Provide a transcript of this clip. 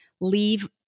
leave